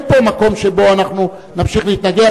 אין פה מקום שאנחנו נמשיך להתנגח.